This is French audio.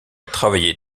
travaillé